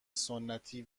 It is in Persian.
سنتی